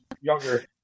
younger